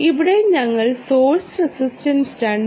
ഇവിടെ ഞങ്ങൾ source resistance 2